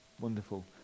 wonderful